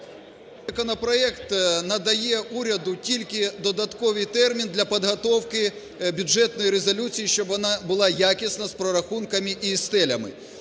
Законопроект надає уряду тільки додатковий термін для підготовки бюджетної резолюції, щоб вона була якісна, з прорахунками і стелями.